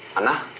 and